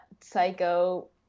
psycho